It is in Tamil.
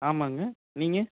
ஆமாங்க நீங்கள்